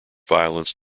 violence